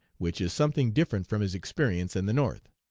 which is something different from his experience in the north.